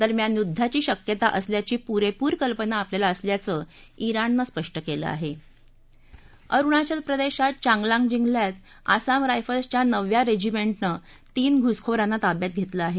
दरम्यान युद्धाची शक्यता असल्याची पुरेपूर कल्पना आपल्याला असल्याचं अरुणाचल प्रदेशात चांगलांग जिल्ह्यात आसाम रायफल्सच्या नवव्या रेजिमेंटनं तीन घुसखोरांना ताब्यात घेतलं आहे